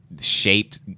shaped